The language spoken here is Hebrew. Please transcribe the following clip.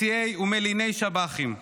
מסיעי ומליני שב"חים.